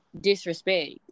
disrespect